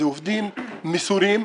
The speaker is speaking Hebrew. אלה עובדים מסורים,